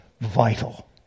vital